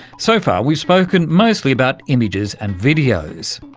so far we've spoken mostly about images and videos,